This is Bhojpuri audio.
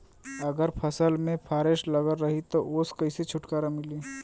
अगर फसल में फारेस्ट लगल रही त ओस कइसे छूटकारा मिली?